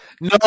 No